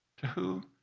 to who?